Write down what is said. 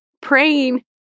praying